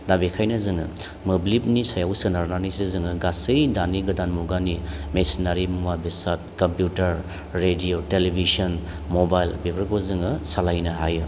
दा बेनिखायनो जोङो मोब्लिबनि सायाव सोनारनानैसो जोङो गासै दानि गोदान मुगानि मेशिनारि मुवा बेसाद कम्पिउटार रेडिय' टेलिभिशन मबाइल बेफोरखौ जोङो सालायनो हायो